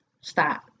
stop